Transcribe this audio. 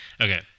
Okay